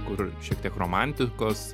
kur šiek tiek romantikos